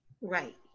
Right